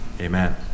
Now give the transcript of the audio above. Amen